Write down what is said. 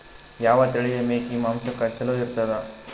ಯಾವ ತಳಿಯ ಮೇಕಿ ಮಾಂಸಕ್ಕ ಚಲೋ ಇರ್ತದ?